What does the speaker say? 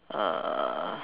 uh